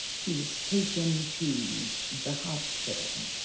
he was taken to the hospital.